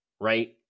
right